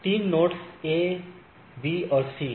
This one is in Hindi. तीन नोड्स A B और C हैं